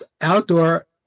outdoor